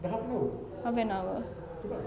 half an hour